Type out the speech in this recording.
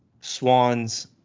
Swan's